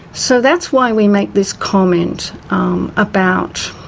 so that's why we made this comment about